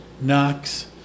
Knox